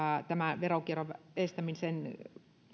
tämä veronkierron estämiseen